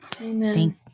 Amen